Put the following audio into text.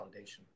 validation